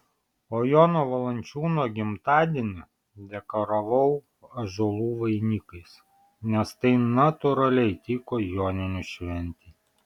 o jono valančiūno gimtadienį dekoravau ąžuolų vainikais nes tai natūraliai tiko joninių šventei